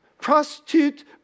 Prostitute